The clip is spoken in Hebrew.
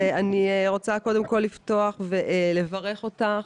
אני רוצה קודם כל לפתוח ולברך אותך